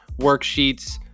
worksheets